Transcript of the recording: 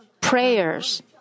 prayers